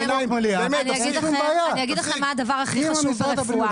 רוצה לבוא -- אני אגיד לכם מה הדבר הכי חשוב ברפואה.